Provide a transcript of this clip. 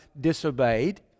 disobeyed